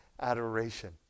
adoration